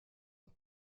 att